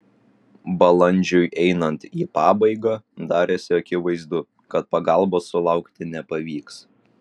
balandžiui einant į pabaigą darėsi akivaizdu kad pagalbos sulaukti nepavyks